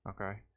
okay